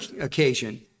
occasion